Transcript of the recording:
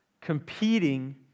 competing